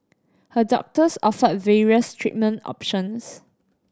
her doctors offered various treatment options